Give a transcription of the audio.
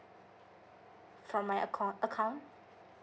from my account account